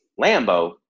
Lambo